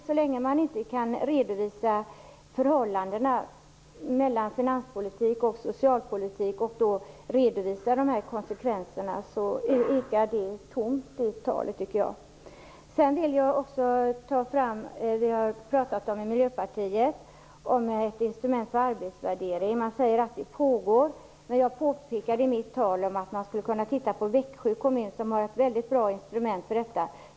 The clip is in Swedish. Så länge man inte kan redovisa förhållandet mellan finanspolitik och socialpolitik och redovisa konsekvenserna ekar det talet tomt. Vi har i Miljöpartiet pratat om ett instrument för arbetsvärdering. Man säger att det pågår ett arbete. Jag påpekade i mitt tal att man skulle kunna titta på Växjö kommun, som har ett väldigt bra instrument för detta.